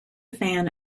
fan